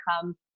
come